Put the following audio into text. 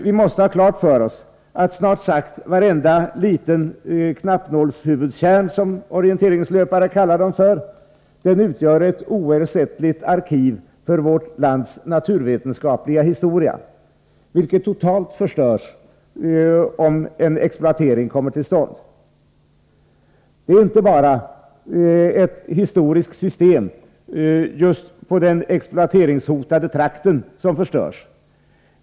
Vi måste ha klart för oss att snart sagt varenda liten knappnålshuvudtjärn, som orienteringslöpare säger, utgör ett oersättligt arkiv för vårt lands naturvetenskapliga historia, vilket skulle totalt förstöras om en exploatering kom till stånd. Det är inte bara ett historiskt system just i den exploateringshotade trakten som förstörs.